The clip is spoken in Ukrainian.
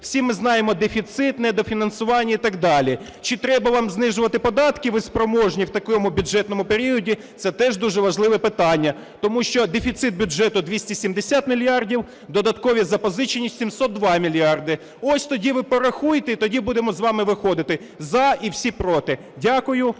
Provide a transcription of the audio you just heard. всі ми знаємо: дефіцит, недофінансування і так далі. Чи треба вам знижувати податки, ви спроможні в такому бюджетному періоді – це теж дуже важливе питання. Тому що дефіцит бюджету – 270 мільярдів, додаткові запозичення – 702 мільярди, ось тоді ви порахуйте і тоді будемо з вами виходити, "за" і всі "проти". Дякую.